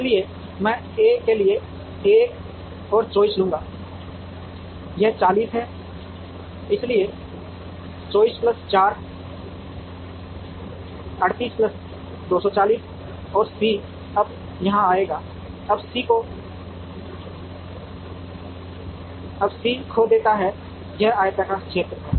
इसलिए मैं ए के लिए एक और 24 लूंगा यह 40 है इसलिए 24 प्लस 4 38 प्लस 240 और सी अब यहां आएगा अब सी खो देता है यह आयताकार क्षेत्र है